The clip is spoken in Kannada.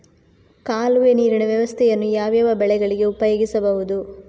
ಕಾಲುವೆ ನೀರಿನ ವ್ಯವಸ್ಥೆಯನ್ನು ಯಾವ್ಯಾವ ಬೆಳೆಗಳಿಗೆ ಉಪಯೋಗಿಸಬಹುದು?